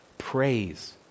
Praise